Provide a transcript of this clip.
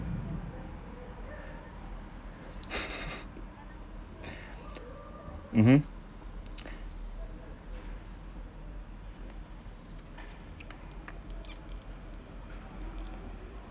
mmhmm